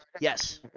Yes